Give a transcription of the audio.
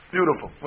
Beautiful